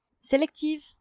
selective